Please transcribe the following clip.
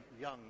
young